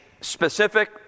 specific